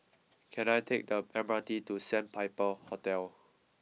can I take the M R T to Sandpiper Hotel